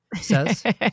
says